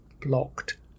blocked